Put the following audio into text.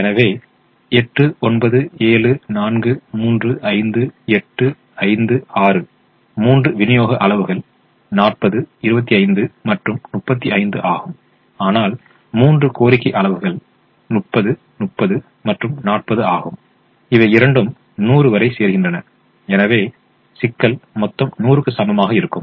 எனவே 8 9 7 4 3 5 8 5 6 மூன்று விநியோக அளவுகள் 40 25 மற்றும் 35 ஆகும் ஆனால் மூன்று கோரிக்கை அளவுகள் 30 30 மற்றும் 40 ஆகும் இவை இரண்டும் 100 வரை சேர்க்கின்றன எனவே சிக்கல் மொத்தம் 100 க்கு சமமாக இருக்கும்